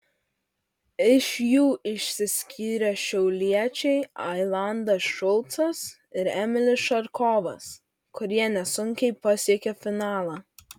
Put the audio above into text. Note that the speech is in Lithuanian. iš jų išsiskyrė šiauliečiai ailandas šulcas ir emilis šarkovas kurie nesunkiai pasiekė finalą